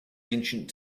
ancient